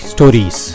Stories